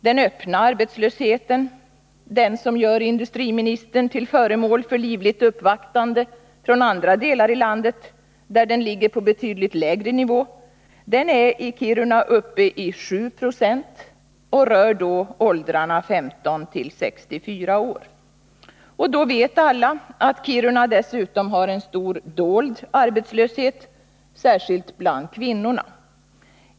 Den öppna arbetslösheten — som gör industriministern till föremål för livligt uppvaktande från andra delar i landet, där arbetslösheten ligger på betydligt lägre nivå — är i Kiruna uppe i 7 26 och rör då åldrarna 15-64 år. Och då vet alla att Kiruna dessutom har en stor dold arbetslöshet, särskilt bland kvinnorna.